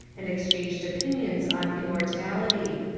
and exchanged opin ions on immortality.